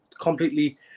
completely